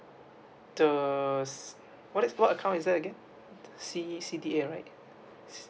the C what's what account is that again C_D_A right